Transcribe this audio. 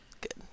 Good